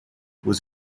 was